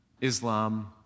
Islam